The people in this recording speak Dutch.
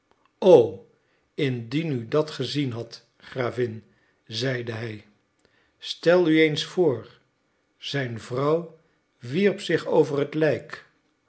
o indien u dat gezien hadt gravin zeide hij stel u eens voor zijn vrouw wierp zich over het lijk